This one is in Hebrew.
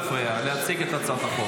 אני מבקש ממך לא להפריע להציג את הצעת החוק,